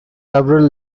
several